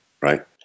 right